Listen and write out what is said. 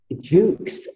dukes